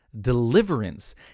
deliverance